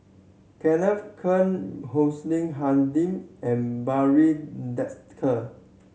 Kenneth Keng Hussein and Barry Desker